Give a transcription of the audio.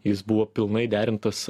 jis buvo pilnai derintas